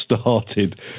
started